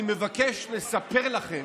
אני מבקש לספר לכם